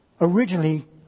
originally